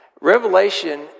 Revelation